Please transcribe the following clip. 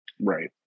Right